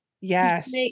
yes